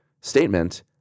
statement